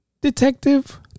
detective